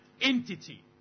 entity